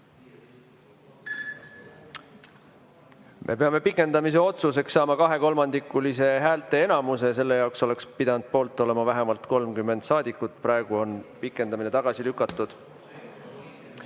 Me peame pikendamise otsuseks saama kahekolmandikulise häälteenamuse, selle jaoks oleks pidanud poolt olema vähemalt 30 saadikut. Praegu on pikendamine tagasi lükatud.